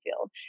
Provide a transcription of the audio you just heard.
field